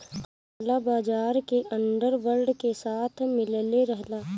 काला बाजार के अंडर वर्ल्ड के साथ मिलले रहला